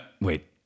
wait